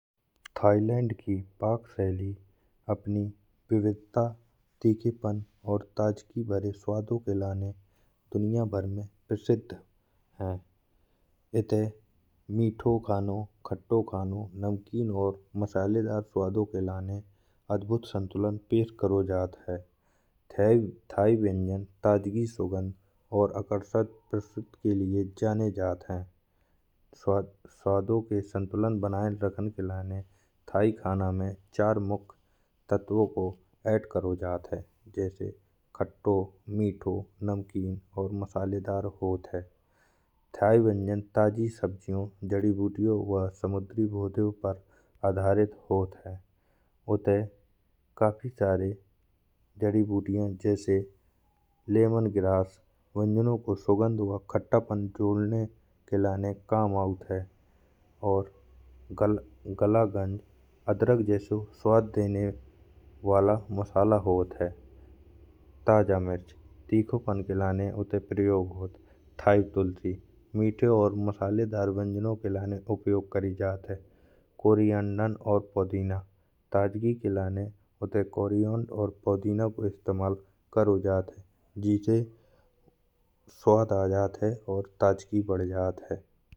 थाईलैंड की पाक शैली अपनी विविधता तीखापन और ताजगी भरे स्वादों के लिए दुनिया भर में प्रसिद्ध है। इते मीठो खानों खट्टो खानों नमकीन और मसालेदार स्वादों के लिए अद्भुत संतुलन पेश कर्यो जात है। थाई व्यंजन ताजगी सुगंध और आकर्षक प्रस्तुति के लिए जाने जात है। स्वादों के संतुलन बनाए राखन के लिए थाई खाना में चार मुख्य तत्वों को ऐड कर्यो जात है। जैसे खट्टो मीठो नमकीन और मसालेदार होत्त है। थाई व्यंजन ताजी सब्जियों जड़ी बूटियों वा समुद्री उत्पादों पर आधारित होत्त है। उठे काफी सारे जड़ी बूटियों जैसे लेमन ग्रास व्यंजनों को सोगंध वा खट्टापन जोड़ने के लिए काऍम होत है। और गलगंज अदरक जैसो स्वाद देने वाला मसाला होत्त है। ताजा मिर्च तीखापन के लिए उठे प्रयोग होत्त है। थाई तुलसी मीठो और मसालेदार व्यंजनों के लिए उपयोग करी जाती है। कोरियंडर और पुदीना ताजगी के लिए उठे। कोरियन्ड और पुदीना को इस्तेमाल कार्यों जात है, जिसे स्वाद आ जात है और ताजगी बध जात है।